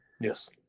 Yes